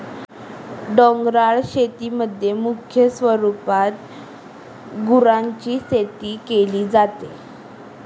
डोंगराळ शेतीमध्ये मुख्य स्वरूपात गुरांची शेती केली जाते